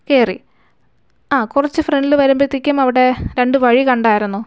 കയറി ആ കുറച്ച് ഫ്രണ്ടിൽ വരുമ്പോഴത്തേക്കും അവിടെ രണ്ട് വഴി കണ്ടായിരുന്നോ